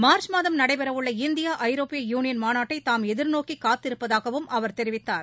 March மாதம் நடைபெறவுள்ள India ஐரோப்பிய யூலியன் மாநாட்டை தாம் எதிர்நோக்கி காத்திருப்பதாகவும் அவர் தெரிவித்தார்